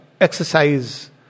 exercise